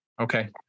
Okay